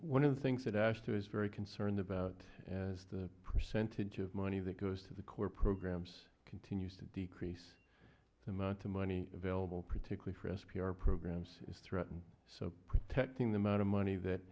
one of the things that ashton is very concerned about as the percentage of money that goes to the corps programs continues to decrease the amount of money available particularly for s p r programs is threatened so protecting the amount of money that